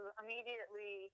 immediately